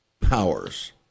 powers